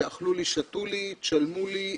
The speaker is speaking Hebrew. זה אכלו לי, שתו לי, שלמו לי,